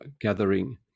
gathering